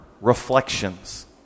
reflections